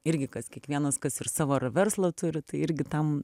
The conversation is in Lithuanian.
irgi kas kiekvienas kas ir savo ar verslą turi tai irgi tam